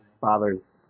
father's